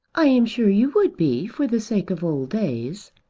i am sure you would be, for the sake of old days.